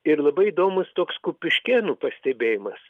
ir labai įdomus toks kupiškėnų pastebėjimas